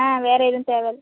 ஆ வேறு எதுவும் தேவையில்லை